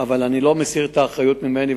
אבל אני לא מסיר את האחריות ממני,